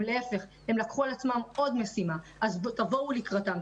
הם לקחו על עצמם עוד משימה אז תבואו לקראתם.